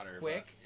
quick